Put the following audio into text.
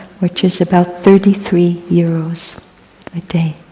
which is about thirty three euros a day.